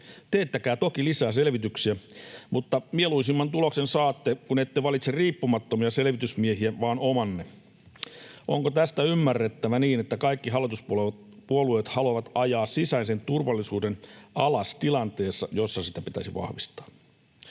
Teettäkää toki lisää selvityksiä, mutta mieluisimman tuloksen saatte, kun ette valitse riippumattomia selvitysmiehiä vaan omanne. Onko tästä ymmärrettävä niin, että kaikki hallituspuolueet haluavat ajaa sisäisen turvallisuuden alas tilanteessa, jossa sitä pitäisi vahvistaa?